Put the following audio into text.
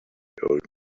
old